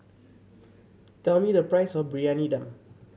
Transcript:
tell me the price of Briyani Dum